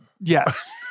Yes